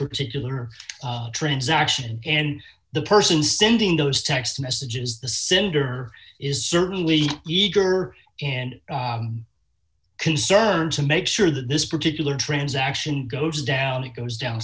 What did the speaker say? particular transaction and the person sending those text messages the cinder is certainly eager and concerned to make sure that this particular transaction goes down it goes down